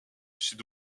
sud